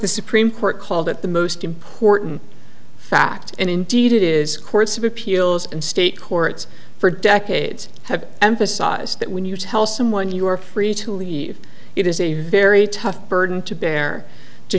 the supreme court called it the most important fact and indeed it is courts of appeals and state courts for decades have emphasized that when you tell someone you are free to leave it is a very tough burden to bear to